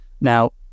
Now